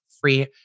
free